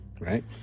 right